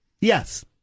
Yes